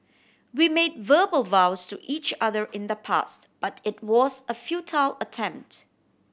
we made verbal vows to each other in the past but it was a futile attempt